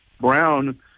Brown